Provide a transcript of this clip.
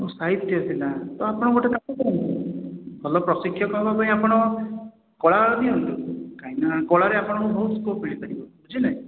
ସାହିତ୍ୟ ଥିଲା ତ ଆପଣ ଗୋଟେ କାମ କରନ୍ତୁ ଭଲ ପ୍ରଶିକ୍ଷକ ହେବାପାଇଁ ଆପଣ କଳା ନିଅନ୍ତୁ କାହିଁକିନା କଳାରେ ଆପଣଙ୍କୁ ବହୁତ ସ୍କୋପ୍ ମିଳିପାରିବ ବୁଝିଲେ